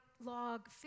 log